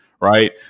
Right